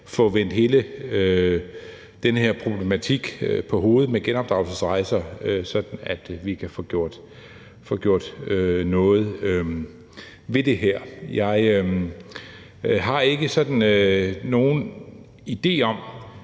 kan få vendt hele den her problematik med genopdragelsesrejser på hovedet, så vi kan få gjort noget ved det her. Jeg har ikke sådan nogen idé om,